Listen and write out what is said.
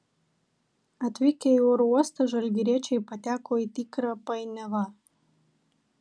atvykę į oro uostą žalgiriečiai pateko į tikrą painiavą